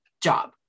job